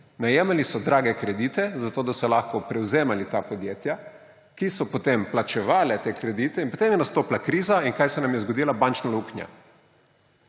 Najemali so drage kredite, zato da so lahko prevzemali ta podjetja, ki so potem plačevala te kredite. In potem je nastopila kriza. In kaj se nam je zgodilo? Bančna luknja.